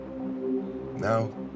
Now